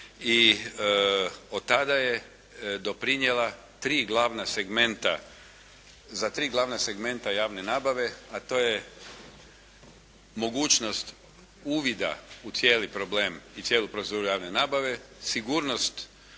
i od tada je doprinijela tri glavna segmenta, za tri glavna segmenta javne nabave a to je mogućnost uvida u cijeli problem i cijelu proceduru javne nabave, sigurnost onoga